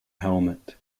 helmet